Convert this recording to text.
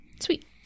Sweet